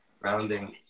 Grounding